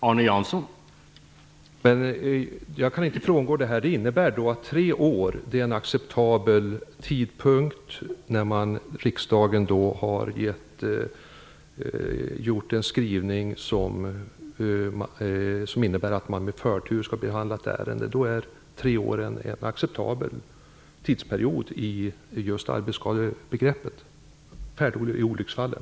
Herr talman! Jag kan inte frångå detta. Det in nebär att tre år är en acceptabel tidsrymd när riks dagen har skrivit att ett ärende skall behandlas med förtur. Tre år är alltså en acceptabel tidspe riod när det gäller arbetsskadebegreppet och fär dolycksfallen?